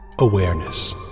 Awareness